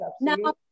Now